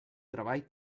treball